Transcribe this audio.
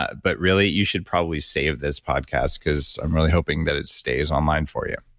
but really, you should probably save this podcast because i'm really hoping that it stays online for you.